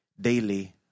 daily